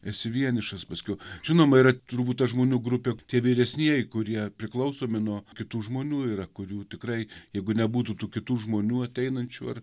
esi vienišas paskiau žinoma yra turbūt ta žmonių grupių tie vyresnieji kurie priklausomi nuo kitų žmonių yra kurių tikrai jeigu nebūtų tų kitų žmonių ateinančių ar